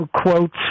quotes